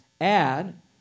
add